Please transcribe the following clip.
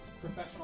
professional